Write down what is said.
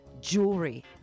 jewelry